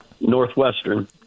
Northwestern